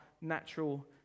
natural